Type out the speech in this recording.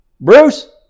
Bruce